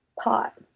pot